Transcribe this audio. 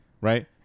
right